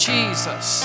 Jesus